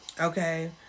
Okay